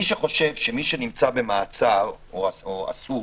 מי שחושב שמי שנמצא במעצר, או אסור,